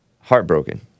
heartbroken